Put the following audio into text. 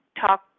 talk